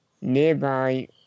nearby